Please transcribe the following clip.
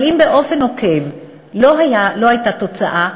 אבל אם באופן עוקב לא הייתה תוצאה,